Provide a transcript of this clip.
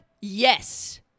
Yes